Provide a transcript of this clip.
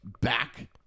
back